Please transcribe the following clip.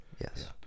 yes